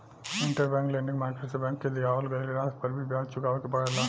interbank lending market से bank के दिअवावल गईल राशि पर भी ब्याज चुकावे के पड़ेला